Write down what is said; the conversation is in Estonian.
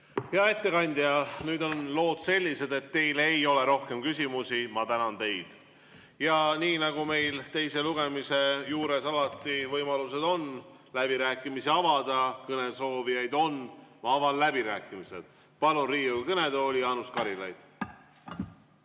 Hea ettekandja! Nüüd on lood sellised, et teile ei ole rohkem küsimusi. Ma tänan teid. Nii nagu meil teise lugemise juures alati, on võimalus avada läbirääkimised. Kõnesoovijaid on. Ma avan läbirääkimised. Palun Riigikogu kõnetooli Jaanus Karilaiu.